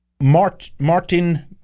Martin